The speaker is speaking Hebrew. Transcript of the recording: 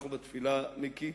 מיקי,